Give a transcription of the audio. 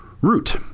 root